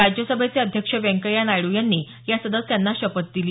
राज्यसभेचे अध्यक्ष व्यंकय्या नायडू यांनी या सदस्यांना शपथ दिली